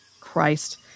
Christ